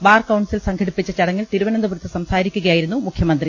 bar council സംഘടിപ്പിച്ച ചടങ്ങിൽ തിരു വനന്തപുരത്ത് സംസാരിക്കുകയായിരുന്നു മുഖ്യമന്ത്രി